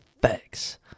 facts